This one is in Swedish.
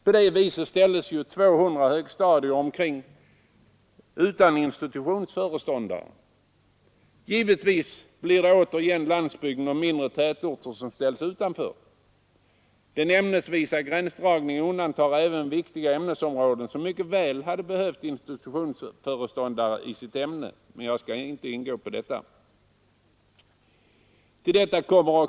På det sättet ställs ungefär 200 högstadier utan institutionsföreståndare. Givetvis blir återigen landsbygden och mindre tätorter ställda utanför. Den ämnesvisa gränsdragningen undantar även vissa ämnesområden som mycket väl behövt institutionsföreståndare, men jag skall inte gå in på detta.